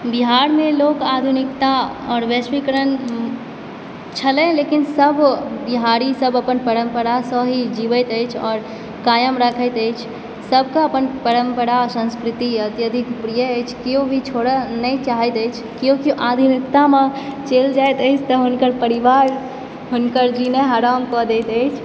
बिहारमे लोक आधुनिकता आओर वैश्वीकरण छलय लेकिन सभ बिहारीसभ अपन परम्परासँ ही जिबैत अछि आओर कायम राखैत अछि सभके अपन परम्परा संस्कृति अत्यधिक प्रिय अछि केओ भी छोड़य नहि चाहैत अछि केओ केओ आधुनिकतामऽ चलि जाइत अछि तऽ हुनकर परिवार हुनकर जीना हरामकऽ दैत अछि